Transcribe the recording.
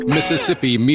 Mississippi